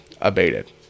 abated